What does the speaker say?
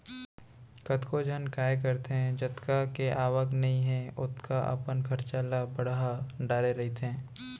कतको झन काय करथे जतका के आवक नइ हे ओतका अपन खरचा ल बड़हा डरे रहिथे